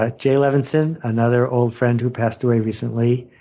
ah jay levinson, another old friend who passed away recently,